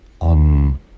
on